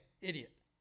idiot